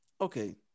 Okay